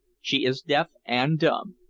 she is deaf and dumb.